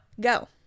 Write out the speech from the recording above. go